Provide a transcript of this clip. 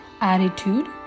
attitude